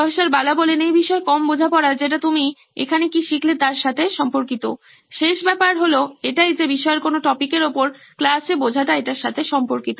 প্রফ্ বালা এই বিষয়ে কম বোঝাপড়া যেটা তুমি এখানে কি শিখলে তার সাথে সম্পর্কিত শেষ ব্যাপার হলো এটাই যে বিষয়ের কোনো টপিকের ওপর ক্লাসে বোঝাটা এটার সাথে সম্পর্কিত